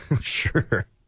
Sure